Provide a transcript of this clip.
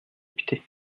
député